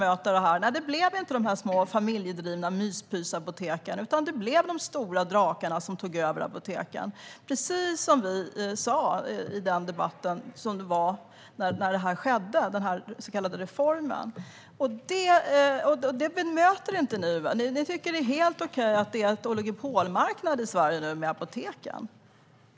Nej, det blev inte de små familjedrivna myspysapoteken, utan det blev de stora drakarna som tog över apoteken, precis som vi sa i debatten inför den så kallade reformen. Detta bemöter ni inte. Ni tycker att det är helt okej att det är en oligopolmarknad i Sverige nu med apoteken.